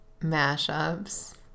mashups